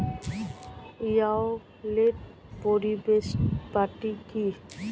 ই wallet পরিষেবাটি কি?